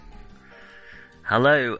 Hello